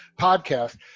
podcast